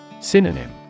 Synonym